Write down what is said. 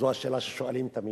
זו השאלה ששואלים תמיד.